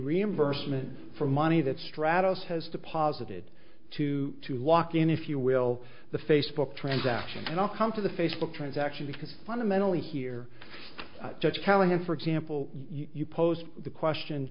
reimbursement for money that straddles has deposited two to walk in if you will the facebook transaction and i'll come to the facebook transaction because fundamentally here judge callahan for example you posed the question